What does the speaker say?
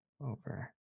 Over